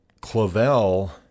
Clavel